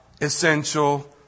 essential